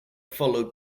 followed